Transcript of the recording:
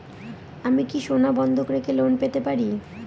আমি কি সোনা বন্ধক রেখে লোন পেতে পারি?